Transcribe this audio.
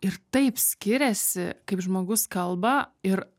ir taip skiriasi kaip žmogus kalba ir